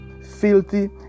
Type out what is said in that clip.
filthy